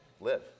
live